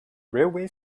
railway